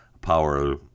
power